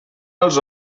als